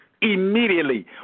immediately